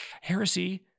heresy